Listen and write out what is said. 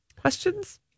Questions